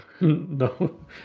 No